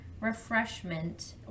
refreshment